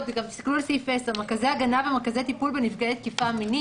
תסתכלו על סעיף (10): מרכזי הגנה ומרכזי טיפול בנפגעי תקיפה מינית,